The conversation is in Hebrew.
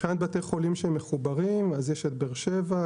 מבחינת בתי חולים שמחוברים יש את באר שבע,